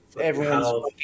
everyone's